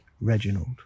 Reginald